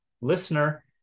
listener